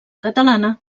catalana